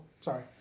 sorry